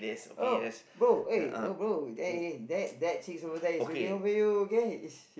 oh bro eh oh bro that eh that that chicks over there is looking over you okay is shit